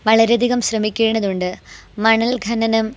വളരെധികം ശ്രമിക്കേണ്ടതുണ്ട് മണൽ ഖനനം